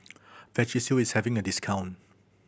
Vagisil is having a discount